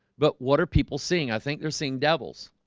but what are people seeing i think they're seeing devils?